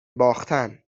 باختن